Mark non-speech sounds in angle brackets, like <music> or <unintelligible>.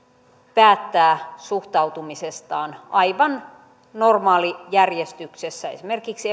päättää suhtautumisestaan aivan normaalijärjestyksessä esimerkiksi <unintelligible>